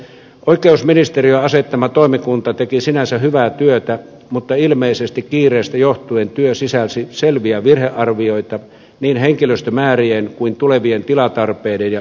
oikeusministeriön asettama toimikunta teki sinänsä hyvää työtä mutta ilmeisesti kiireestä johtuen työ sisälsi selviä virhearvioita niin henkilöstömäärien kuin myös tulevien tilatarpeiden ja investointien suhteen